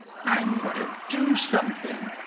i'm going to do something.